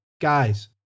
guys